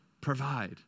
provide